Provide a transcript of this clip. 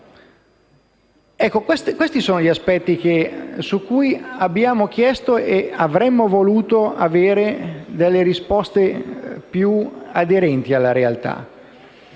Questi sono gli aspetti su cui abbiamo chiesto e avremmo voluto avere delle risposte più aderenti alla realtà.